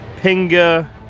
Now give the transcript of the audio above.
Pinga